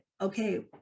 okay